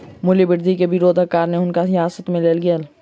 मूल्य वृद्धि के विरोधक कारण हुनका हिरासत में लेल गेलैन